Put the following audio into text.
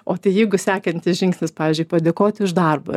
o tai jeigu sekantis žingsnis pavyzdžiui padėkoti už darbą